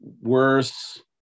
worse